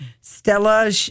Stella